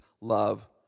love